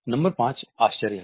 number 5 आश्चर्य है